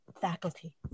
faculty